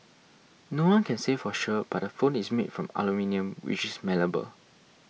no one can say for sure but the phone is made from aluminium which is malleable